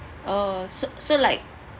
oh so so like